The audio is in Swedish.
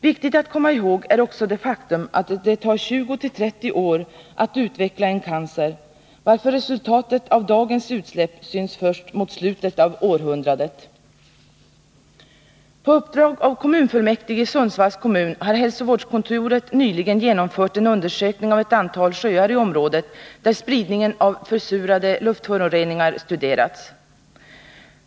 Viktigt att komma ihåg är också det faktum att det tar 20-30 år att utveckla en cancer, varför resultatet av dagens utsläpp syns först mot slutet av århundradet. På uppdrag av kommunfullmäktige i Sundsvalls kommun har hälsovårdskontoret nyligen genomfört en undersökning av ett antal sjöar i området där spridningen av försurande luftföroreningar studerats.